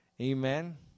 Amen